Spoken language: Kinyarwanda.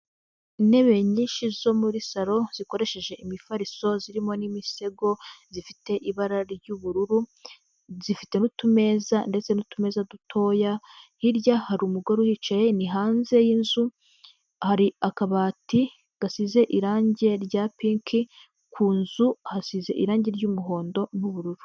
Intebe nyinshi zo muri salo zikoresheje imifariso zirimo n'imisego zifite ibara ry'ubururu, zifite utumeza ndetse n'utumeza dutoya, hirya hari umugore uhicaye ni hanze y'inzu, hari akabati gasize irangi rya pinki, ku nzu hasize irangi ry'umuhondo n'ubururu.